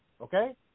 Okay